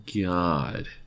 god